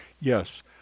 Yes